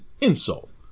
insult